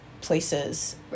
places